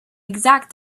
exact